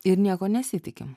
ir nieko nesitikim